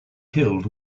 killed